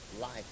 life